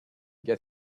get